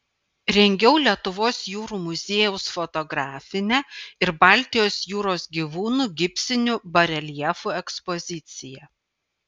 rengiau lietuvos jūrų muziejaus fotografinę ir baltijos jūros gyvūnų gipsinių bareljefų ekspoziciją